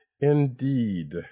Indeed